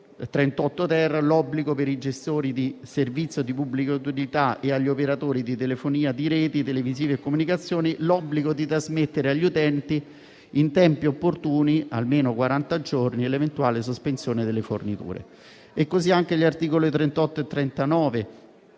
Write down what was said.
38-*ter* è previsto, per i gestori di servizio di pubblica utilità e agli operatori di telefonia di reti televisive e comunicazioni, l'obbligo di trasmettere agli utenti in tempi opportuni (almeno quaranta giorni) l'eventuale sospensione delle forniture. Gli articoli 38 e 39